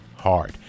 hard